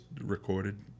recorded